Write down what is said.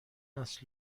است